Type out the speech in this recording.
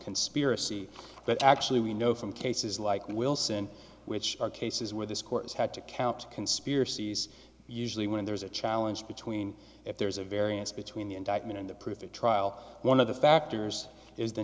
conspiracy but actually we know from cases like wilson which are cases where this court has had to count conspiracies usually when there's a challenge between if there's a variance between the indictment and the proof the trial one of the factors is the